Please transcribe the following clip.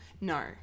no